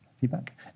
feedback